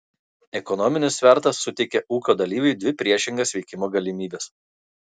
ekonominis svertas suteikia ūkio dalyviui dvi priešingas veikimo galimybes